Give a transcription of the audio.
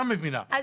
מ-5,300.